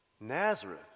Nazareth